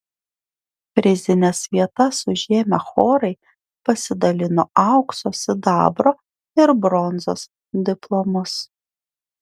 prizines vietas užėmę chorai pasidalino aukso sidabro ir bronzos diplomus